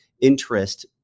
interest